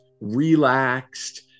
relaxed